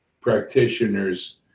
practitioners